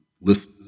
Listen